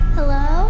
Hello